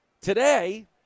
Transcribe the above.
Today